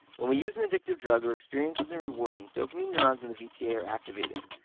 when we use an addictive drug or experience something rewarding, dopamine neurons in the vta are activated.